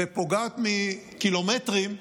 ופוגעת מקילומטרים,